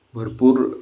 भरपूर